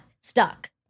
stuck